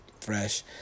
fresh